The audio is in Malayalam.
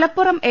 മലപ്പുറം എ